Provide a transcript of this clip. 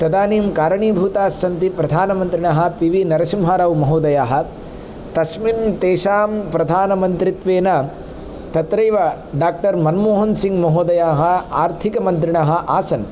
तदानीं कारणीभूतास्सन्ति प्रधानमन्त्रिणः पी वी नरसिम्हारावमहोदयाः तस्मिन् तेषां प्रधानमन्त्रित्वेन तत्रैव डाक्टर् मनमोहनसिंहमहोदयाः आर्थिकमन्त्रिणः आसन्